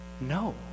No